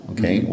Okay